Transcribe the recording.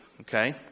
okay